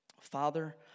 Father